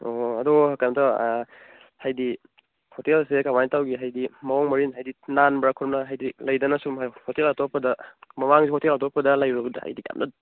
ꯑꯣ ꯑꯗꯣ ꯀꯩꯅꯣꯝꯇ ꯍꯥꯏꯗꯤ ꯍꯣꯇꯦꯜꯁꯦ ꯀꯃꯥꯏ ꯇꯧꯒꯦ ꯍꯥꯏꯗꯤ ꯃꯑꯣꯡ ꯃꯔꯤꯜ ꯍꯥꯏꯗꯤ ꯅꯥꯟꯕ꯭ꯔꯥ ꯈꯨꯅꯥꯟ ꯍꯥꯏꯗꯤ ꯂꯩꯗꯅ ꯁꯨꯝ ꯍꯣꯇꯦꯜ ꯑꯇꯣꯞꯄꯗ ꯃꯃꯥꯡꯁꯨ ꯍꯣꯇꯦꯜ ꯑꯇꯣꯞꯄꯗ ꯂꯩꯔꯨꯕꯗ ꯍꯥꯏꯗꯤ ꯌꯥꯝꯅ